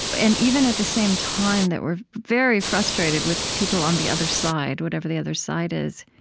and even at the same time that we're very frustrated with people on the other side, whatever the other side is,